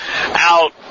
out